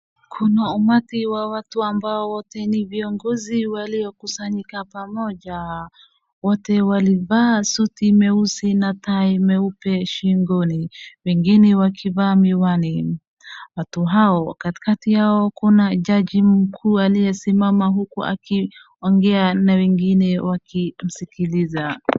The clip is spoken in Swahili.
Kuna umati wa watu ambao wote ni viongozi waliokusanyika pamoja. Wote walivaa suti nyeusi na tai nyeupe shingoni, wengine wakivaa miwani. Watu hao, katikati yao kuna jaji mkuu aliyesimama huku akiongea na wengine wakimsikiliza.